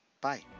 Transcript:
bye